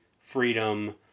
freedom